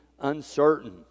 uncertain